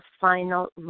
final